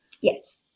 Yes